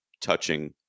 touching